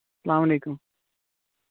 اسلام علیکُم